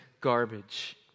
garbage